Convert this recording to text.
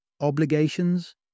obligations